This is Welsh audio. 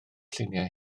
lluniau